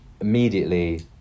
immediately